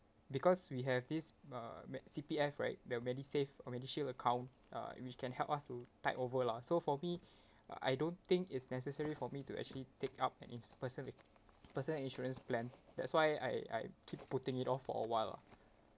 because we have this uh me~ C_P_F right their MediSave MediShield account uh which can help us to tide over lah so for me I don't think it's necessary for me to actually take up any specific personal insurance plan that's why I I keep putting it off for awhile lah